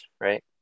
right